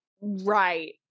right